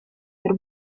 per